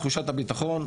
תחושת הביטחון,